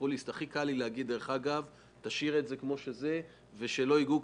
הכי קל לי להגיד: תשאיר את זה כמו שזה, שלא ייגעו.